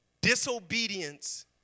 Disobedience